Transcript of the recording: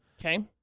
okay